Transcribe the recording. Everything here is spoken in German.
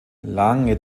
lange